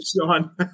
Sean